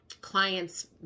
clients